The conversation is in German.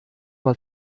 mal